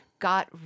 got